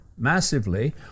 Massively